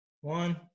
one